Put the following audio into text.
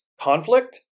conflict